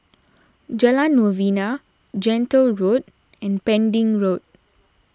Jalan Novena Gentle Road and Pending Road